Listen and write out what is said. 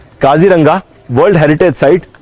kaziranga world heritage site!